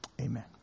Amen